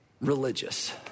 religious